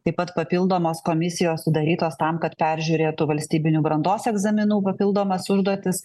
taip pat papildomos komisijos sudarytos tam kad peržiūrėtų valstybinių brandos egzaminų papildomas užduotis